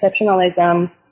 exceptionalism